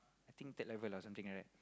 I think third level or something like that